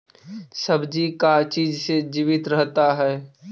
सब्जी का चीज से जीवित रहता है?